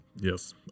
Yes